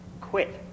quit